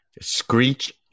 Screech